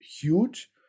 huge